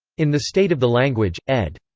in the state of the language, ed.